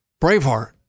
Braveheart